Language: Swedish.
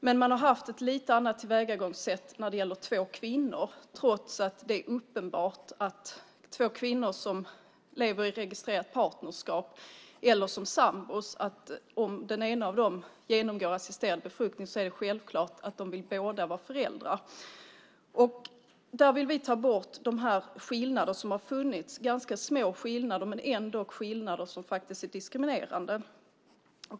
Men man har haft ett lite annat tillvägagångssätt när det gäller två kvinnor, trots att det är uppenbart att två kvinnor som lever i registrerat partnerskap eller som sambor båda vill vara föräldrar om den ena av dem genomgår assisterad befruktning. Det är självklart. Där vill vi ta bort de skillnader som har funnits. Det är ganska små skillnader, men ändå skillnader som faktiskt är diskriminerande.